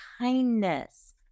kindness